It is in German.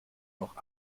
noch